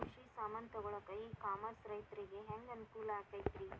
ಕೃಷಿ ಸಾಮಾನ್ ತಗೊಳಕ್ಕ ಇ ಕಾಮರ್ಸ್ ರೈತರಿಗೆ ಹ್ಯಾಂಗ್ ಅನುಕೂಲ ಆಕ್ಕೈತ್ರಿ?